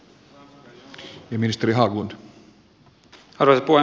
arvoisa puhemies